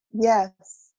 Yes